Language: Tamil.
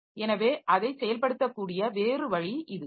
எனவே அதை செயல்படுத்தக்கூடிய வேறு வழி இதுதான்